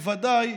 בוודאי,